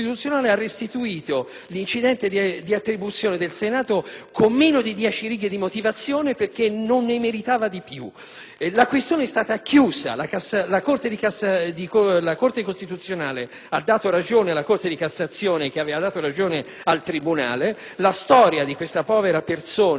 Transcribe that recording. con meno di dieci righe di motivazione, perché non ne meritava di più, e la questione è stata chiusa. La Corte costituzionale ha dato ragione alla Corte di cassazione, che a sua volta aveva dato ragione al tribunale. La storia di questa povera persona non trova una fine e adesso dobbiamo assistere a questa retorica